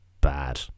Bad